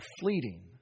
fleeting